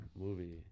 movie